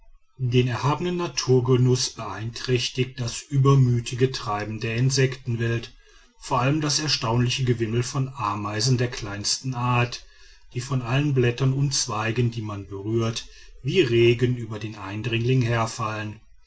den erhabenen naturgenuß beeinträchtigt das übermütige treiben der insektenwelt vor allem das erstaunliche gewimmel von ameisen der kleinsten art die von allen blättern und zweigen die man berührt wie regen über den eindringling herfallen